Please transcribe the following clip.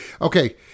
okay